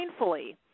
mindfully